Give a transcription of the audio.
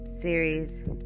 series